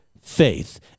faith